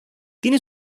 tiene